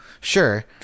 sure